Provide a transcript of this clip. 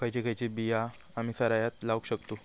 खयची खयची बिया आम्ही सरायत लावक शकतु?